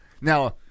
Now